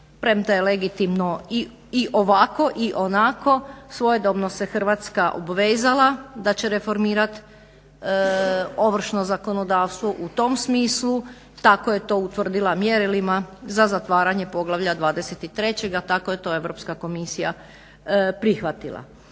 premda je legitimno i ovako i onako. Svojedobno se Hrvatska obvezala da će reformirati ovršno zakonodavstvo u tom smislu. Tako je to utvrdila mjerilima za zatvaranje Poglavlja 23. Tako je to Europska komisija prihvatila.